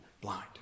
blind